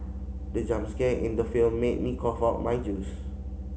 the jump scare in the film made me cough out my juice